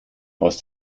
aus